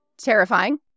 terrifying